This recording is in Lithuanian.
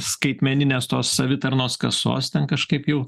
skaitmeninės tos savitarnos kasos ten kažkaip jau